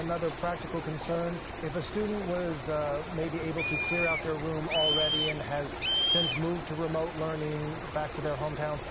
practical concern, if a student was maybe able to clear out their room already and has since moved to remote learning back to their hometown,